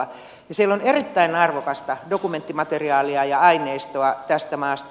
siellä on erittäin arvokasta dokumenttimateriaalia ja aineistoa tästä maasta